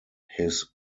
his